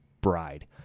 bride